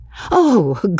Oh